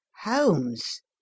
holmes